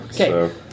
Okay